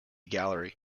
gallery